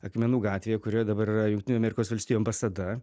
akmenų gatvėje kurioje dabar yra jungtinių amerikos valstijų ambasada